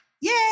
Yay